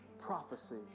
prophecy